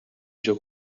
جوک